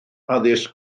addysg